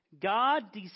God